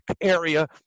area